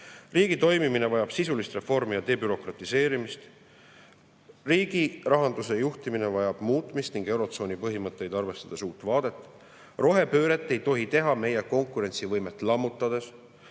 Riigi toimimine vajab sisulist reformi ja debürokratiseerimist. Riigirahanduse juhtimine vajab muutmist ning eurotsooni põhimõtteid arvestades uut vaadet. Rohepööret ei tohi teha meie konkurentsivõimet lammutades.